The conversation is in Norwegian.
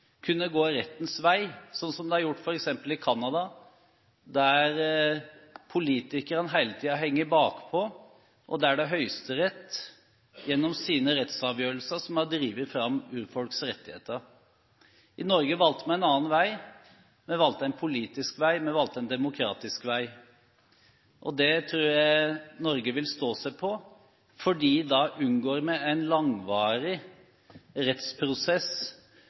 kunne gå rettens vei, sånn som de har gjort f.eks. i Canada, der politikerne hele tiden henger bakpå, og der det er høyesterett gjennom sine rettsavgjørelser som har drevet fram urfolks rettigheter. I Norge valgte vi en annen vei. Vi valgte en politisk vei, vi valgte en demokratisk vei. Det tror jeg Norge vil stå seg på, for da unngår vi en langvarig rettsprosess